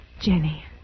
Jenny